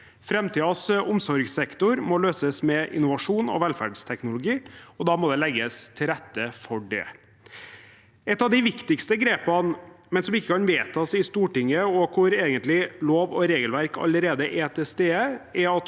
Framtidens omsorgssektor må løses med innovasjon og velferdsteknologi, og da må det legges til rette for det. Et av de viktigste grepene – men som ikke kan vedtas i Stortinget, og hvor lov og regelverk egentlig allerede er til stede – er at